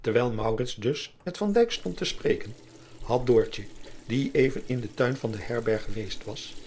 erwjl dus met stond te spreken had die even in den tuin van de herberg geweest was